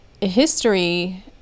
history